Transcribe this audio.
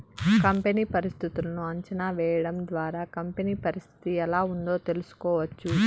company పరిస్థితులను అంచనా వేయడం ద్వారా కంపెనీ పరిస్థితి ఎలా ఉందో తెలుసుకోవచ్చు